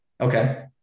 Okay